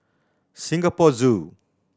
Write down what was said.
Singapore Zoo